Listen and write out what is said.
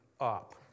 up